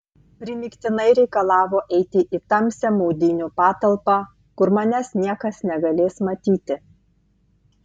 primygtinai reikalavo eiti į tamsią maudynių patalpą kur manęs niekas negalės matyti